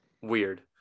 weird